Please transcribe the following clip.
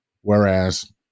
Whereas